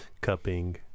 cupping